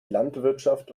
landwirtschaft